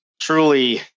truly